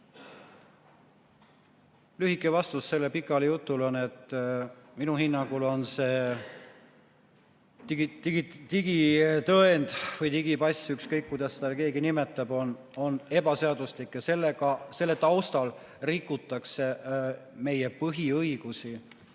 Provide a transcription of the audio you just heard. Lühike vastus sellele pikale jutule on selline: minu hinnangul on see digitõend või digipass, ükskõik kuidas seda keegi nimetab, ebaseaduslik ja selle taustal rikutakse meie põhiõigusi